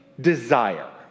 desire